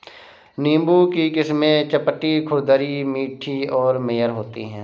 नींबू की किस्में चपटी, खुरदरी, मीठी और मेयर होती हैं